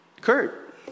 Kurt